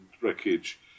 wreckage